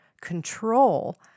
control